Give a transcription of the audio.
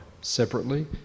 separately